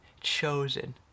chosen